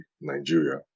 Nigeria